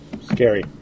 scary